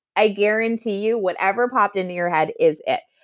i guarantee you, whatever popped into your head, is it.